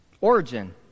origin